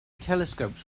telescopes